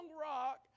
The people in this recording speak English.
rock